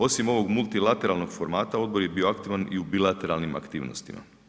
Osim ovog multilateralnog formata Odbor je bio aktivan i u bilateralnim aktivnostima.